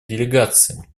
делегации